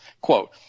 Quote